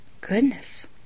Goodness